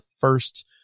first